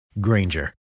Granger